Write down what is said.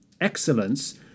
excellence